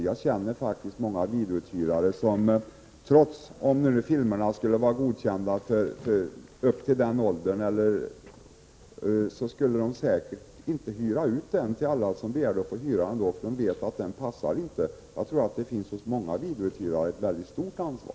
Jag känner faktiskt många videouthyrare som, trots att videofilmerna skulle vara godkända för visning från viss ålder, inte skulle hyra ut dem till alla som vill därför att de vet att filmen inte passar. Jag tror att många videouthyrare tar ett mycket stort ansvar.